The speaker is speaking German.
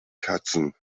katzen